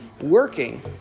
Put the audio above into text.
working